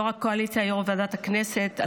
יו"ר הקואליציה ויו"ר ועדת הכנסת,